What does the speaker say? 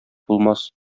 булмас